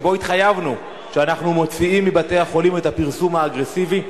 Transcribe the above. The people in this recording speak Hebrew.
שבה התחייבנו שאנחנו מוציאים מבתי-החולים את הפרסום האגרסיבי.